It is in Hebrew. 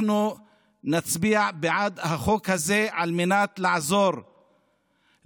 אנחנו נצביע בעד החוק הזה על מנת לעזור לנזקקים,